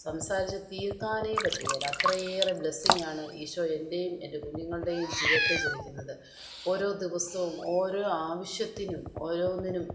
സംസാരിച്ച് തീർക്കാനേ പറ്റില്ല അത്രയേറെ ബ്ലെസിങ്ങ് ആണ് ഈശോ എൻറേയും എൻ്റെ കുഞ്ഞുങ്ങളുടെയും ജീവിതത്തിൽ ജ്വലിക്കുന്നത് ഓരോ ദിവസവും ഓരോ ആവശ്യത്തിനും ഓരോന്നിനും